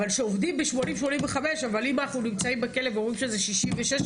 אבל אם אנחנו נמצאים בכלא ורואים שזה 66%,